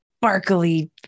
sparkly